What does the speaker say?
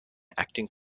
acting